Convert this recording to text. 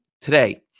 today